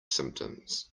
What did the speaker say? symptoms